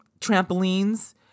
trampolines